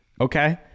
Okay